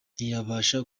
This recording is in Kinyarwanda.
ntiyabasha